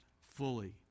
fully